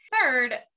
Third